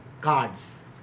cards